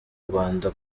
rwanda